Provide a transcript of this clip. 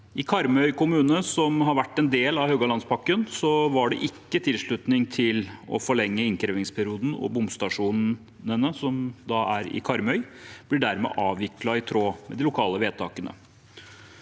I Karmøy kommune, som har vært en del av Haugalandspakken, var det ikke tilslutning til å forlenge innkrevingsperioden, og bomstasjonene i Karmøy blir dermed avviklet i tråd med de lokale vedtakene.